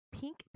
Pink